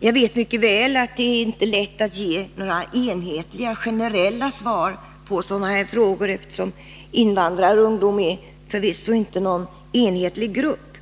Jag vet mycket väl att det inte är lätt att ge några enhetliga, generella svar på sådana här frågor, eftersom invandrarungdomarna förvisso inte utgör någon enhetlig grupp.